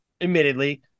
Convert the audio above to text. admittedly